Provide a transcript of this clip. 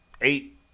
eight